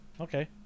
Okay